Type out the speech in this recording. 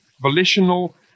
volitional